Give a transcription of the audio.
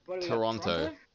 Toronto